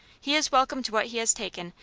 he is welcome to what he has taken,